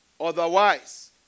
Otherwise